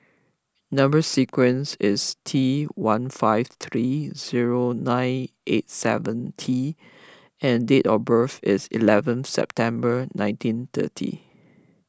Number Sequence is T one five three zero nine eight seven T and date of birth is eleven September nineteen thirty